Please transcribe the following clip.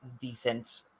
decent